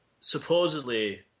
supposedly